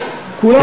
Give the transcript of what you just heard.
לוועדת החינוך.